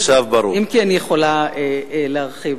אם כי אני יכולה להרחיב.